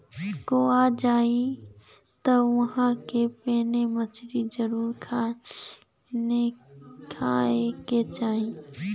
गोवा जाए त उहवा के प्रोन मछरी जरुर खाए के चाही